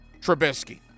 Trubisky